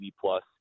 Plus